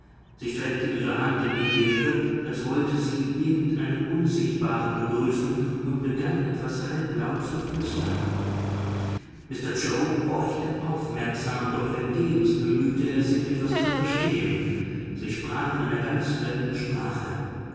sie streckte ihre hand in die leere als wollte sie irgendeinen unsichtbaren begrüßen und begann etwas halblaut zu flüstern mr yoe horchte aufmerksam doch vergebens bemühte er sich etwas zu verstehen sie sprach in einer ganz fremden sprache